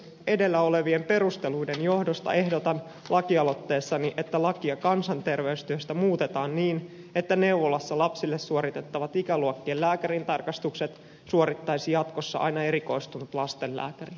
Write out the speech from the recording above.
edellä olevien perusteluiden johdosta ehdotan lakialoitteessani että lakia kansanterveystyöstä muutetaan niin että neuvolassa lapsille suoritettavat ikäluokkien lääkärintarkastukset suorittaisi jatkossa aina erikoistunut lastenlääkäri